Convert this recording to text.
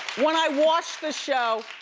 when i watch the show,